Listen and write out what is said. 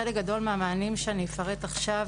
חלק גדול מהמענים שאני אפרט עכשיו,